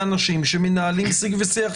של סעיף 3ג,